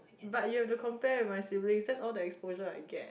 but you have to compare with my sibling just all the exposure I get